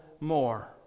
more